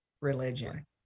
religion